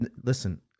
Listen